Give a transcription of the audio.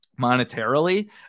monetarily